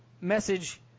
message